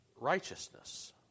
righteousness